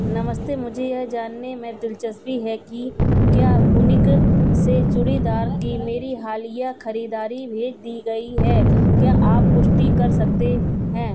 नमस्ते मुझे यह जानने में दिलचस्पी है कि क्या वूनिक से चूड़ीदार की मेरी हालिया ख़रीदारी भेज दी गई है क्या आप पुष्टि कर सकते हैं